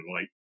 light